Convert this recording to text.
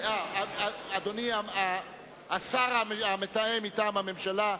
אדוני השר המתאם מטעם הממשלה,